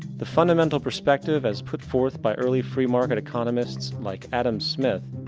the fundamental perspective as put forth by early free market economists, like adam smith,